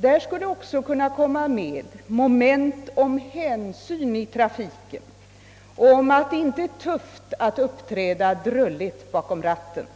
Där skulle det också kunna komma med moment om hänsyn i trafiken och om att det inte är tufft att uppträda drulligt bakom ratten.